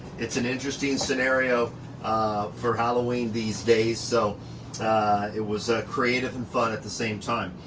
it's an interesting scenario for halloween these days. so it was creative and fun at the same time.